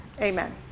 Amen